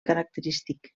característic